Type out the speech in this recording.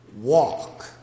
Walk